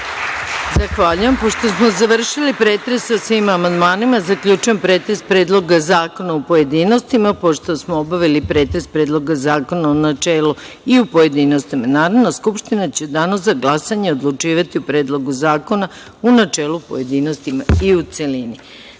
Zahvaljujem. Pošto smo završili pretres o svim amandmanima, zaključujem pretres Predloga zakona u pojedinostima. Pošto smo obavili pretres Predloga zakona u načelu i u pojedinostima, Narodna skupština će u Danu za glasanje odlučivati o Predlogu zakona u načelu, pojedinostima i u